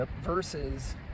versus